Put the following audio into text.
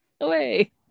away